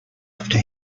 after